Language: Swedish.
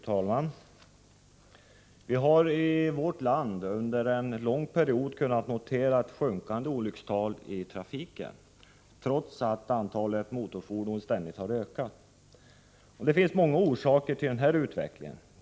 Fru talman! Vi har i vårt land under en lång period kunnat notera sjunkande olyckstal i trafiken, trots att antalet motorfordon ständigt har ökat. Det finns många orsaker till den utvecklingen.